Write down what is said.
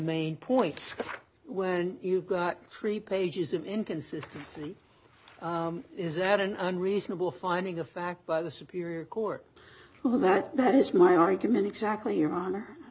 main point when you got three pages of inconsistency is that an unreasonable finding of fact by the superior court who that is my argument exactly your honor